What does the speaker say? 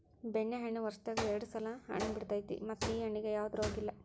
ಬೆಣ್ಣೆಹಣ್ಣ ವರ್ಷದಾಗ ಎರ್ಡ್ ಸಲಾ ಹಣ್ಣ ಬಿಡತೈತಿ ಮತ್ತ ಈ ಹಣ್ಣಿಗೆ ಯಾವ್ದ ರೋಗಿಲ್ಲ